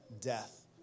death